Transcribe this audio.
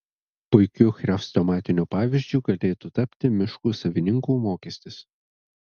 puikiu chrestomatiniu pavyzdžiu galėtų tapti miškų savininkų mokestis